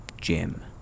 Jim